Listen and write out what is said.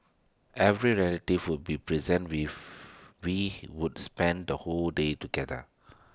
every relative would be present rife we would spend the whole day together